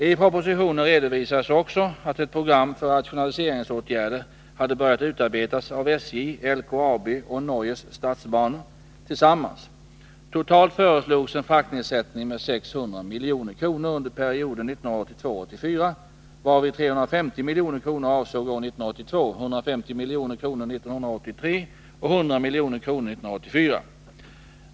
I propositionen redovisades också att ett program för rationaliseringsåtgärder hade börjat utarbetas av SJ, LKAB och Norges Statsbaner tillsammans. Totalt föreslogs en fraktnedsättning med 600 milj.kr. under perioden 1982-1984, varvid 350 milj.kr. avsåg år 1982, 150 milj.kr. år 1983 och 100 milj.kr. år 1984.